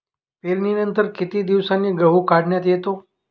पेरणीनंतर किती दिवसांनी गहू काढण्यात येतो?